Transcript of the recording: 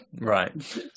Right